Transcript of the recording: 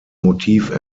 motiv